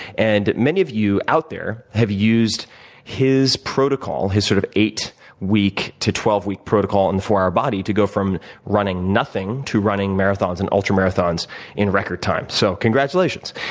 and many of you out there have used his protocol, his sort of eight week to twelve week protocol in four hour body to go from running nothing to running marathons and ultra marathons in record time. so congratulations.